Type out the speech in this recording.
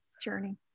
journey